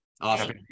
Awesome